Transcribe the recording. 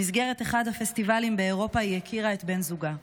במסגרת אחד הפסטיבלים באירופה היא הכירה את בן זוגה.